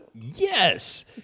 Yes